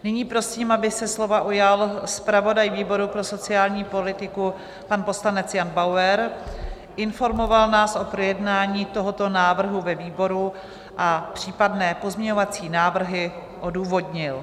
Nyní prosím, aby se slova ujal zpravodaj výboru pro sociální politiku, pan poslanec Jan Bauer, informoval nás o projednání tohoto návrhu ve výboru a případné pozměňovací návrhy odůvodnil.